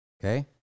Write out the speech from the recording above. Okay